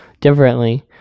differently